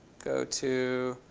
go to